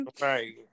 Right